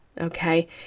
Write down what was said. Okay